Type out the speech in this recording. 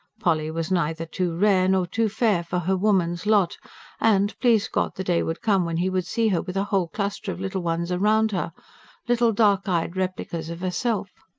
polly was neither too rare nor too fair for her woman's lot and, please god, the day would come when he would see her with a whole cluster of little ones round her little dark-eyed replicas of herself.